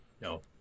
No